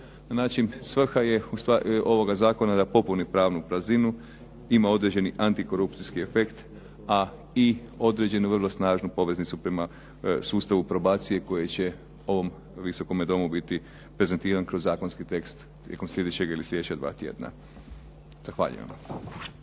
Znači stvar je ovoga zakona da popuni pravnu prazninu, ima određeni antikorupcijski efekt, a i određenu vrlo snažnu poveznicu prema sustavu probacije koji će u ovom Visokom domu biti prezentiran kroz zakonski tekst tijekom sljedećeg ili sljedeća dva tjedna. Zahvaljujem